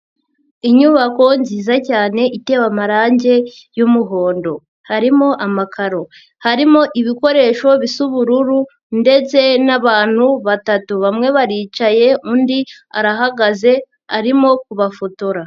Inyubako nziza cyane itewe amarangi y'umuhondo harimo amakaro, harimo ibikoresho bisa ubururu ndetse n'abantu batatu, bamwe baricaye undi arahagaze arimo kubafotora.